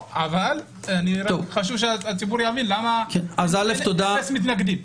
חשוב שהציבור יבין למה אין מתנגדים.